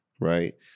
right